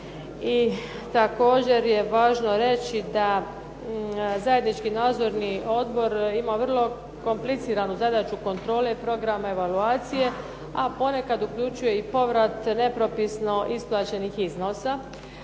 I također je važno reći da zajednički nadzorni odbor ima vrlo kompliciranu zadaću kontrole programa evaluacije, a ponekad uključuje i povrat nepropisno isplaćenih iznosa.